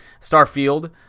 Starfield